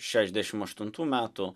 šešiasdešimt aštuntų metų